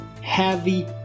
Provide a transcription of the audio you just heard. heavy